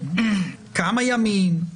תוך כמה ימים,